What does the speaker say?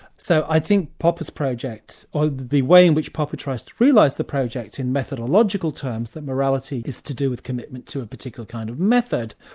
so i think popper's projects, or the way in which popper tries to realise the projects in methodological terms, that morality is to do with commitment to a particular kind of method,